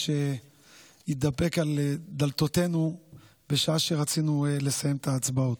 שהתדפק על דלתותינו בשעה שרצינו לסיים את ההצבעות.